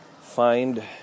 find